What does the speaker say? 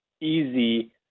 easy